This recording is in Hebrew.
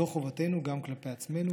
זו חובתנו, גם כלפי עצמנו.